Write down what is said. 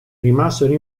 rimasero